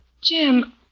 Jim